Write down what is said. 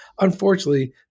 unfortunately